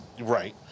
Right